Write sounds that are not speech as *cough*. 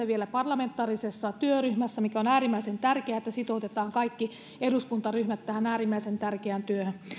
*unintelligible* vielä parlamentaarisessa työryhmässä mikä on äärimmäisen tärkeää niin että sitoutetaan kaikki eduskuntaryhmät tähän äärimmäisen tärkeään työhön